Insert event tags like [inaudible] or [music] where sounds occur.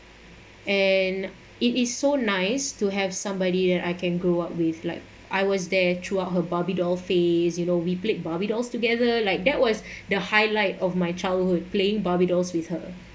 and it is so nice to have somebody that I can grow up with like I was there throughout her barbie doll phase you know we played barbie dolls together like that was [breath] the highlight of my childhood playing barbie dolls with her